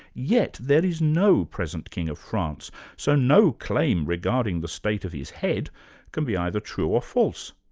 yet, there is no present king of france, so no claim regarding the state of his head can be either true or false.